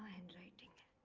handwriting